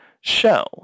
show